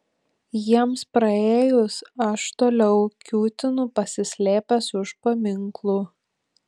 jiems praėjus aš toliau kiūtinu pasislėpęs už paminklų